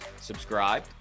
subscribe